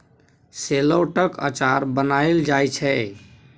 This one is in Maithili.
शेलौटक अचार बनाएल जाइ छै